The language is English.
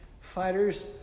fighters